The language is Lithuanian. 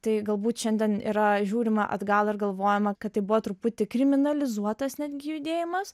tai galbūt šiandien yra žiūrima atgal ir galvojama kad tai buvo truputį kriminalizuotas netgi judėjimas